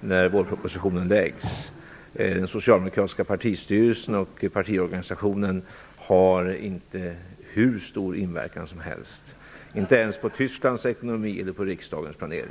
när vårpropositionen läggs. Den socialdemokratiska partistyrelsen och partiorganisationen har inte hur stor inverkan som helst; inte ens på Tysklands ekonomi eller riksdagens planering.